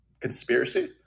Conspiracy